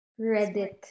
Reddit